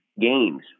games